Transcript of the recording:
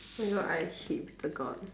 oh my god I hate bitter gourd